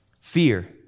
Fear